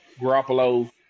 Garoppolo